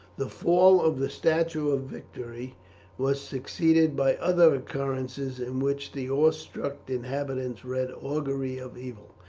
the fall of the statue of victory was succeeded by other occurrences in which the awestruck inhabitants read augury of evil.